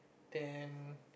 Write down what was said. then